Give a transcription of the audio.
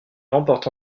remportent